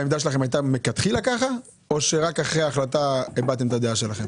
העמדה שלכם הייתה מלכתחילה ככה או שרק אחרי החלטה הבעתם את הדעה שלכם?